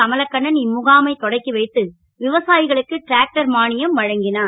கமலகண்ணன் இம்முகாமை தொடக்கி வைத்து விவசா களுக்கு டிராக்டர் மா யம் வழங்கினார்